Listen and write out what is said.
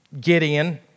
Gideon